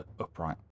upright